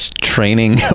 training